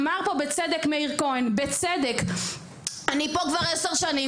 אמר פה בצדק מאיר כהן אני פה כבר עשר שנים,